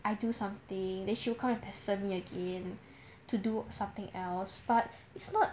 I do something then she'll come and pester me again to do something else but it's not